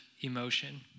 emotion